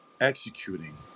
executing